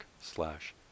slash